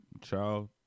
child